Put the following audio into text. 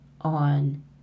on